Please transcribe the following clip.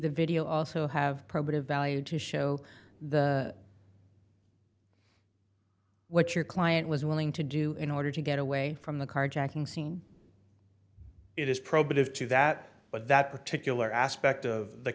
the video also have probative value to show the what your client was willing to do in order to get away from the carjacking scene it is probative to that but that particular aspect of the